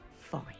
Fine